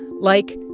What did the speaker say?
like,